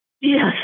Yes